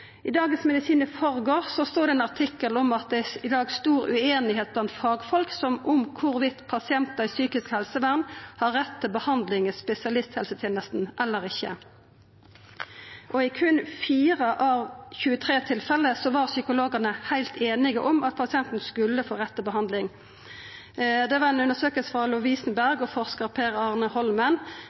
I Dagens Medisin i førgårs stod det ein artikkel om at det i dag er stor ueinigheit blant fagfolk med omsyn til om pasientar i psykisk helsevern har rett til behandling i spesialisthelsetenesta eller ikkje. I berre 4 av 23 tilfelle var psykologane heilt einige om at pasienten skulle få rett til behandling. Det var ei undersøking frå Lovisenberg og av forskar Per Arne